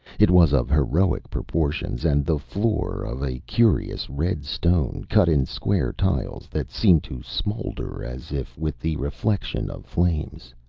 it was of heroic proportions, and the floor of a curious red stone, cut in square tiles, that seemed to smolder as if with the reflection of flames.